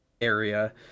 area